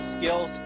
skills